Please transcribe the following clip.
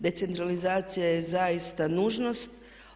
Decentralizacija je zaista nužnost.